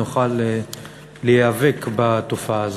נוכל להיאבק בתופעה.